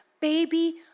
baby